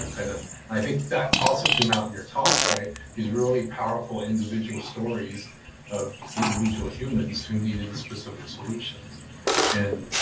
and i think that also came out to and your talk, right. these really powerful individual stories of individual humans who needed specific solutions and